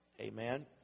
Amen